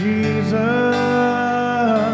Jesus